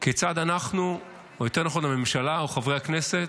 כיצד אנחנו, או יותר נכון הממשלה או חברי הכנסת,